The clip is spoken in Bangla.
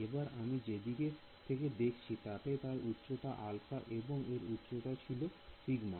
এবার আমি যেদিক থেকে দেখছি তাতে তার উচ্চতা α এবং এর উচ্চতা ছিল ε